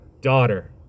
daughter